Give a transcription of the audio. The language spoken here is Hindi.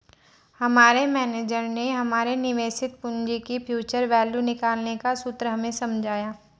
हमारे मेनेजर ने हमारे निवेशित पूंजी की फ्यूचर वैल्यू निकालने का सूत्र हमें समझाया